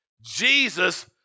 Jesus